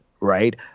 Right